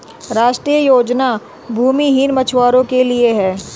राष्ट्रीय योजना भूमिहीन मछुवारो के लिए है